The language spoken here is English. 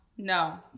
No